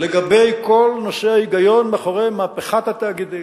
לגבי כל ההיגיון מאחורי מהפכת התאגידים.